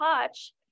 touch